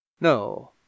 No